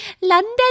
London